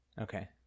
Okay